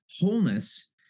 Wholeness